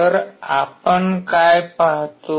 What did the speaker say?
तर आपण काय पाहतो